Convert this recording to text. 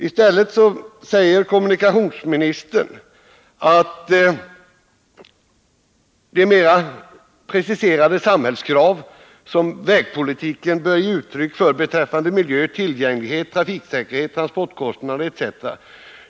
I stället säger kommunikationsministern: ”De mera preciserade samhällskrav som vägpolitiken bör ge uttryck för beträffande miljö, tillgänglighet, trafiksäkerhet, transportkostnader etc.